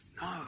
No